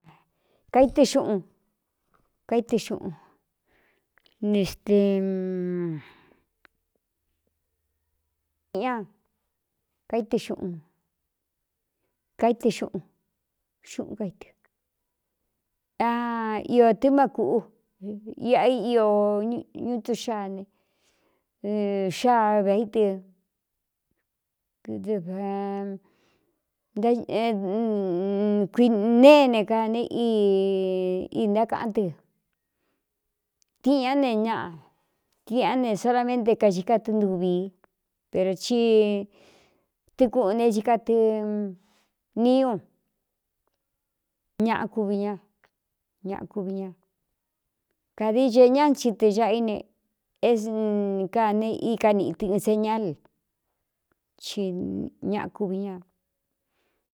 Kaɨ xꞌunɨxꞌnakaíɨ xꞌunkaítɨ xꞌun xꞌun kaíɨ a iō tɨ́ má kūꞌu iꞌa io ñu tu xaa ne xaa veí dɨdfkuinéene ka ne i ntákaꞌán tɨ tiꞌá ne ñaꞌa kiꞌán ne solaménte kaxi katɨɨntuvi i pero ti tɨ kuꞌun né i katɨ niu ñaꞌa kuvi ñá ñaꞌa kuvi ña kādi che ñá thi te xaꞌa í ne é ka ne í ka niꞌ tɨ ɨn señal ci ñaꞌa kuvi ña.